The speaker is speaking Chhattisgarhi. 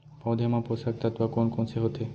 पौधे मा पोसक तत्व कोन कोन से होथे?